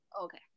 Okay